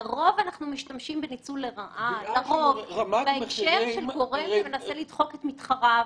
לרוב אנחנו משתמשים בניצול לרעה בהקשר של גורם שמנסה לדחוק את מתחריו.